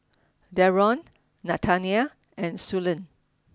Darron Nathanael and Suellen